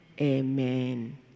Amen